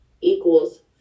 equals